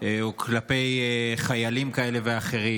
או בחיילים כאלה ואחרים,